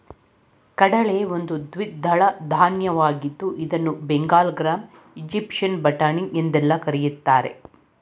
ಕಡಲೆ ಒಂದು ದ್ವಿದಳ ಧಾನ್ಯವಾಗಿದ್ದು ಇದನ್ನು ಬೆಂಗಲ್ ಗ್ರಾಂ, ಈಜಿಪ್ಟಿಯನ್ ಬಟಾಣಿ ಎಂದೆಲ್ಲಾ ಕರಿತಾರೆ